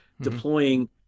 deploying